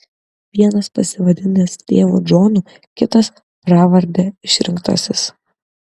vienas pasivadinęs tėvu džonu kitas pravarde išrinktasis